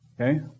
Okay